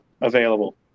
available